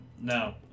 no